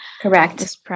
Correct